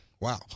wow